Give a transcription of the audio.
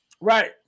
Right